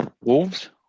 Wolves